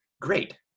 Great